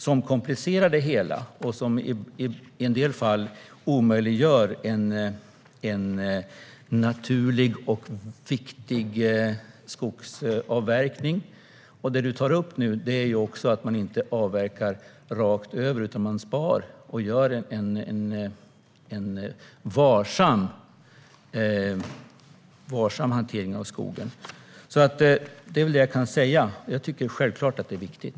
De komplicerar det hela, och i en del fall omöjliggör de en naturlig och viktig skogsavverkning. Det som nu tas upp är att man inte avverkar rakt över utan sparar skog. Det blir en varsam hantering av skogen. Det är väl detta jag kan säga. Jag tycker självklart att det här är viktigt.